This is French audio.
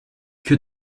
que